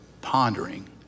pondering